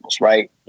right